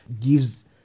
gives